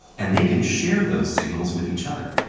and they can share those signals with each other,